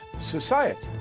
society